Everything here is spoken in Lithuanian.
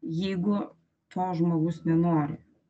jeigu to žmogus nenori